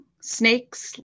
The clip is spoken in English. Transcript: snakes